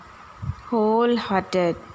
wholehearted